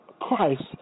Christ